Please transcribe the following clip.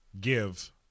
give